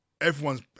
Everyone's